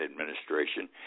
administration